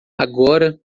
agora